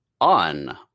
on